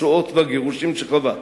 השואות והגירושים שחווה.